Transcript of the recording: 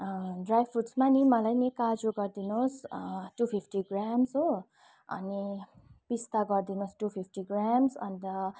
dry फ्रुट्समा नि मलाई नि काजु गरिदिनुहोस् टू फिप्टी ग्राम्स हो अनि पिस्ता गरिदिनुहोस् टू फिप्टी ग्राम्स अन्त